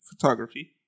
photography